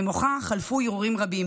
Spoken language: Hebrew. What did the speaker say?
במוחה חלפו הרהורים רבים,